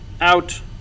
out